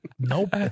nope